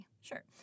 Sure